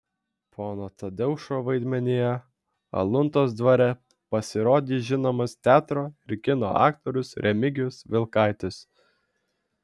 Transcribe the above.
pono tadeušo vaidmenyje aluntos dvare pasirodys žinomas teatro ir kino aktorius remigijus vilkaitis